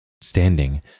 Standing